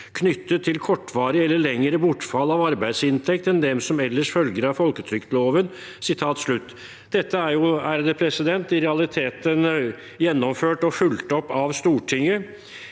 knyttet til kortvarig eller lengre bortfall av arbeidsinntekt enn dem som ellers følger av folketrygdloven». Dette er i realiteten gjennomført og fulgt opp av Stortinget